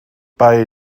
bei